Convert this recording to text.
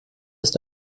ist